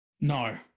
No